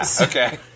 okay